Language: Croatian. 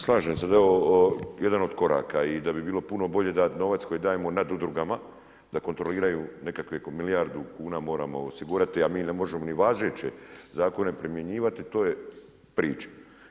Slažem se, evo jedan od koraka i da bi bilo puno bolje, da novac koji dajemo nadudrugama da kontroliraju nekakvih oko milijardu kuna, moramo osigurati, a mi ne možemo ni važeće zakone primjenjivati, to je priča.